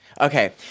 okay